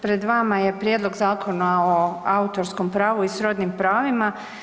Pred vama je Prijedlog Zakona o autorskom pravu i srodnim pravima.